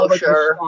sure